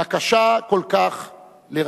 והקשה כל כך לרבים.